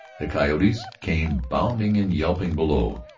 the coyotes came bounding and yelping below,